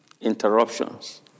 Interruptions